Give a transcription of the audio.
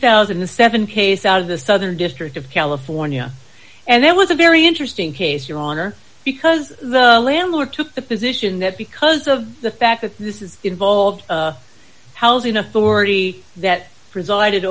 thousand and seven case out of the southern district of california and there was a very interesting case your honor because the landlord took the position that because of the fact that this is involved housing authority that presided